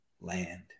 land